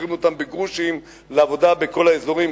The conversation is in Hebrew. ושוכרים אותם בגרושים לעבודה בכל האזורים,